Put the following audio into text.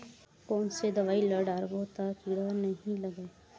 कोन से दवाई ल डारबो त कीड़ा नहीं लगय?